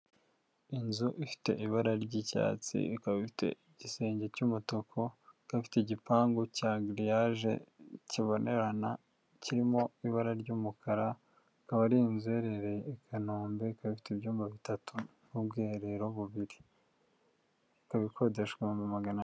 Inzu ifite ibara ry'icyatsi, ikaba ifite igisenge cy'umutuku, ikaba ifite igipangu cya giriyayaje kibonerana, kirimo ibara ry'umukara, ikaba ari inzu iherereye i Kanombe, ikaba ifite ibyumba bitatu n'ubwiherero bubiri, ikaba ikodeshwa ibihumbi magana abiri.